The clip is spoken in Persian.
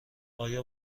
آیا